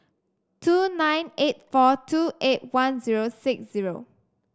two nine eight four two eight one zero six zero